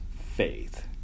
faith